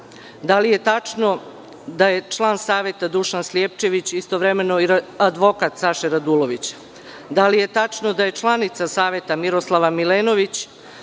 Da li je tačno da je član Saveta Dušan Slijepčević istovremeno i advokat Saše Radulovića? Da li je tačno da je članica Saveta Miroslava Milenović